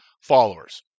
followers